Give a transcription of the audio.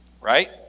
right